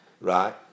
right